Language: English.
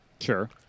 Sure